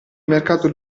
mercato